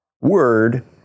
word